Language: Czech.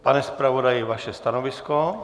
Pane zpravodaji, vaše stanovisko?